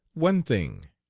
one thing,